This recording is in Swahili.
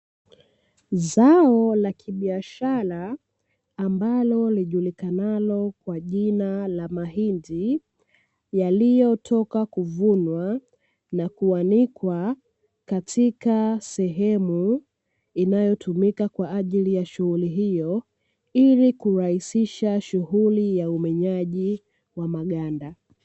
Zao la kibiashara ambalo lijulikanalo kama kwa jina la mahindi yaliyotoka kuvunwa na kuanikwa katika sehemu inayotumika kwa ajili ya shughuli hiyo ili kurahisisha shughuli ya umenyaji maganda.